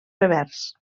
revers